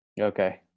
okay